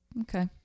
okay